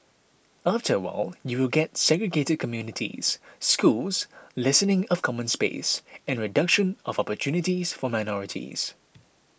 after a while you will get segregated communities schools lessening of common space and reduction of opportunities for minorities